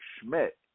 Schmidt